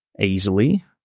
easily